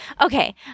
okay